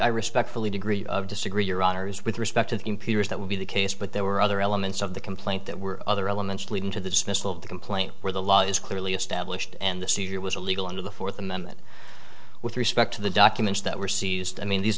i respectfully degree of disagree your honour's with respect to the computers that would be the case but there were other elements of the complaint that were other elements leading to the dismissal of the complaint where the law is clearly established and the seizure was illegal under the fourth amendment with respect to the documents that were seized i mean these